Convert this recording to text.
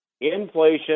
inflation